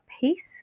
paste